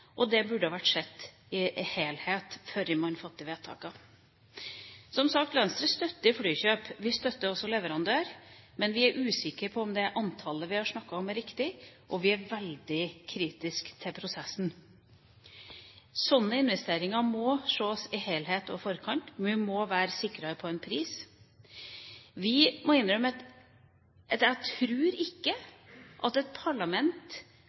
og det burde vært sett i en helhet, før man fatter vedtakene. Som sagt, Venstre støtter flykjøp. Vi støtter også valg av leverandør, men vi er usikre på om det antallet vi har snakket om, er riktig. Og vi er veldig kritiske til prosessen. Slike investeringer må ses i helhet og i forkant, og vi må være sikrere når det gjelder pris. Jeg må innrømme at jeg tror ikke at